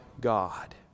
God